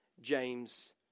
James